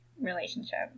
relationship